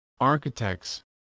architects